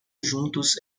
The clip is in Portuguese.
juntos